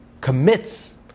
commits